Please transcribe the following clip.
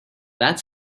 that